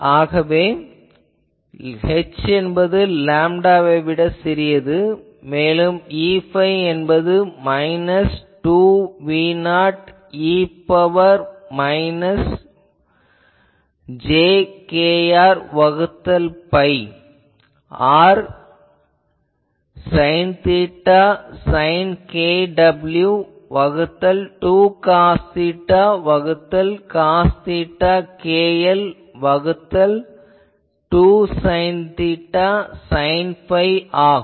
ஆகவே h என்பது லேம்டாவை விட சிறியது மேலும் Eϕ என்பது மைனஸ் 2V0 e ன் பவர் மைனஸ் j kr வகுத்தல் pi r sine theta sine kw வகுத்தல் 2 காஸ் தீட்டா வகுத்தல் காஸ் தீட்டா kl வகுத்தல் 2 சைன் தீட்டா சைன் phi ஆகும்